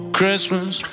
Christmas